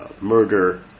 murder